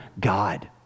God